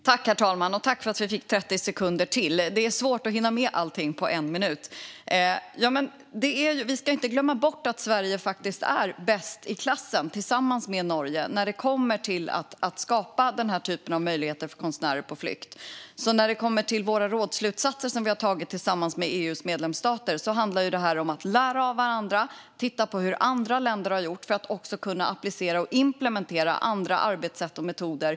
Herr talman! Tack för att vi fick ytterligare 30 sekunders talartid var - det är svårt att hinna med allting på en minut. Vi ska inte glömma bort att Sverige faktiskt är bäst i klassen tillsammans med Norge när det kommer till att skapa den här typen av möjligheter för konstnärer på flykt. Våra rådsslutsatser, som vi har antagit tillsammans med EU:s andra medlemsstater, handlar om att lära av varandra och titta på hur andra länder har gjort för att kunna applicera och implementera andra arbetssätt och metoder.